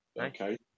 Okay